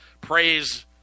praise